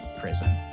prison